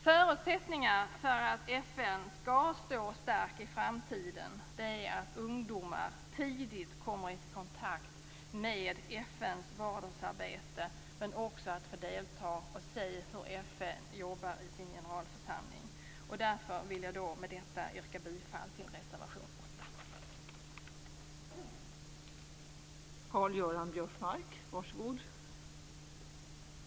Förutsättningarna för att FN skall stå starkt i framtiden är att ungdomar tidigt kommer i kontakt med FN:s vardagsarbete samt att de får delta och se hur FN:s generalförsamling jobbar. Med detta vill jag yrka bifall till reservation 8.